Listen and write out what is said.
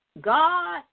God